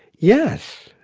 yes,